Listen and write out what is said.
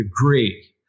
agree